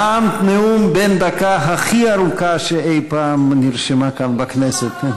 נאמת נאום בן הדקה הכי ארוכה שאי-פעם נרשמה כאן בכנסת.